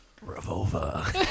Revolver